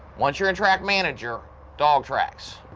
once you're in track manager, dog tracks